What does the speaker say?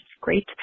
great